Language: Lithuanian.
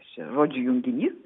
žodžių junginys